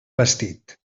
vestit